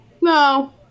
No